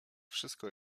wszystko